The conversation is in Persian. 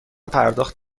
پرداخت